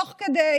תוך כדי